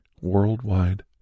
worldwide